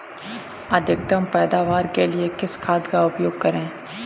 अधिकतम पैदावार के लिए किस खाद का उपयोग करें?